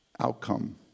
outcome